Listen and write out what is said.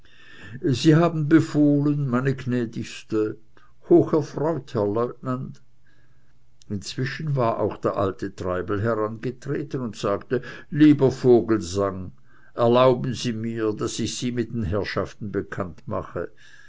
sie haben befohlen meine gnädigste hoch erfreut herr lieutenant inzwischen war auch der alte treibel herangetreten und sagte lieber vogelsang erlauben sie mir daß ich sie mit den herrschaften bekannt mache